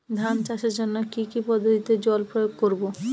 ধান চাষের জন্যে কি কী পদ্ধতিতে জল প্রয়োগ করব?